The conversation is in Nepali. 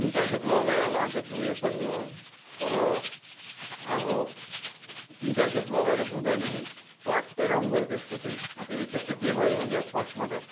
तिन चार खेप लगाए होला अन्त धोएँ पनि हो तर अब तिन चार खेप लगाएर धुँदा नै नि स्वाटै रङ गयो त्यसको चाहिँ अन्त एक खेप त के भयो भन्दा त फस्टमा त